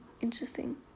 interesting